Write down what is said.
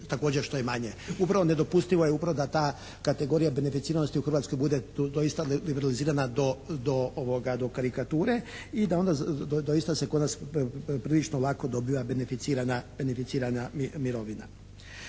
također što je manje. Upravo nedopustivo je upravo da ta kategorija benificiranosti u Hrvatskoj bude doista realizirana do karikature i da onda doista se kod nas prilično lako dobiva benificirana mirovina.